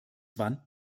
wann